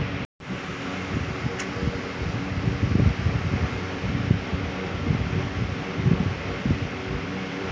উদ্ভিদ মাটি থেকে জল ও পুষ্টি উপাদান গ্রহণ করে তাই মাটির জল ধারণ ক্ষমতার বৃদ্ধির উপায় কী?